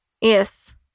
Yes